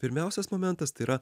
pirmiausias momentas tai yra